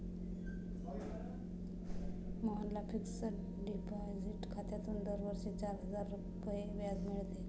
मोहनला fixed deposit खात्यातून दरवर्षी चार हजार रुपये व्याज मिळते